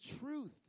truth